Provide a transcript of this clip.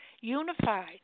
unified